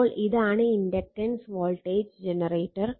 അപ്പോൾ ഇതാണ് inductance voltage generator